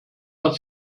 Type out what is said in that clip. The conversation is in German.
hat